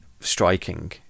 Striking